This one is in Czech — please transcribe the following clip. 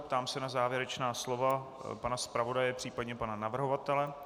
Ptám se na závěrečná slova pana zpravodaje, případně pana navrhovatele.